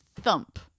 thump